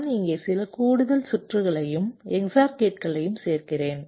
நான் இங்கே சில கூடுதல் சுற்றுகளையும் XOR கேட்கலையும் சேர்க்கிறேன்